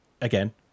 again